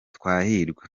twahirwa